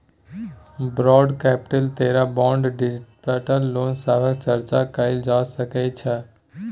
borrowed capital तरे bond deposit loan सभक चर्चा कएल जा सकइ छै